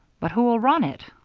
but who'll run it?